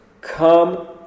come